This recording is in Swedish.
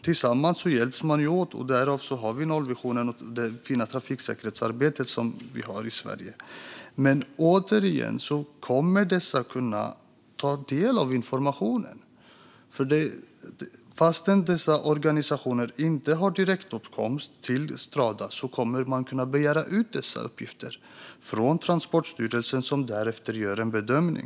Tillsammans hjälps de åt, därav nollvisionen och det fina trafiksäkerhetsarbete som vi har i Sverige. Återigen: Dessa kommer att kunna ta del av informationen. Även om dessa organisationer inte har direktåtkomst till Strada kommer de att kunna begära ut dessa uppgifter från Transportstyrelsen, som därefter gör en bedömning.